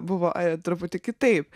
buvo truputį kitaip